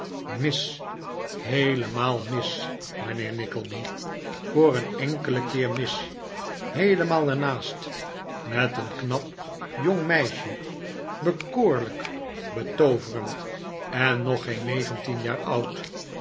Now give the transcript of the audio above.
mis heelemaal mis mijnheer nickleby voor een enkelen keer mis heelemaal er naast met een knap jong meisje bekoorlijk betooverend en nog geen negentien jaar oud